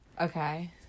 Okay